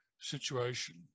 situation